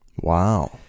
wow